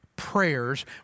prayers